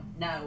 no